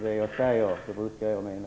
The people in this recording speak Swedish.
Det jag säger, det brukar jag mena.